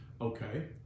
okay